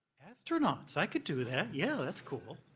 astronauts? i could do that. yeah, that's cool.